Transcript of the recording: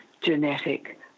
genetic